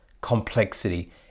complexity